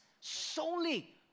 solely